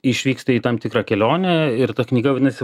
išvyksta į tam tikrą kelionę ir ta knyga vadinasi